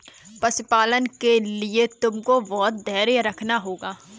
पशुपालन के लिए तुमको बहुत धैर्य रखना होगा